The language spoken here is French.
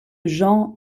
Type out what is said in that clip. genres